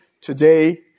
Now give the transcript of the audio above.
today